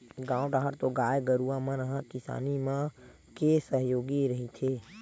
गाँव डाहर तो गाय गरुवा मन ह किसान मन के सहयोगी रहिथे